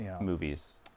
movies